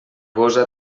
gosa